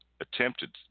attempted